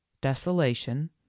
desolation